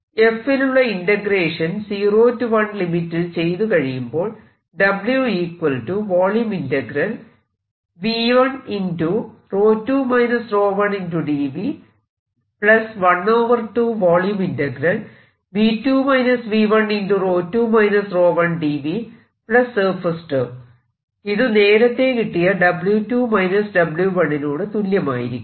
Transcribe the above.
f ലുള്ള integration 0 1 ലിമിറ്റിൽ ചെയ്തു കഴിയുമ്പോൾ ഇത് നേരത്തെ കിട്ടിയ നോട് തുല്യമായിരിക്കും